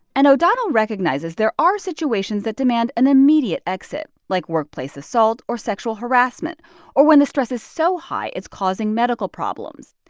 and o'donnell recognizes there are situations that demand an immediate exit, like workplace assault or sexual harassment or when the stress is so high it's causing medical problems.